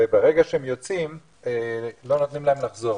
וברגע שהם יוצאים לא נותנים להם לחזור?